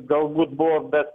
galbūt buvo bet